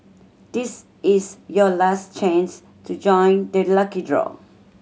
this is your last chance to join the lucky draw